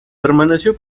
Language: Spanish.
permaneció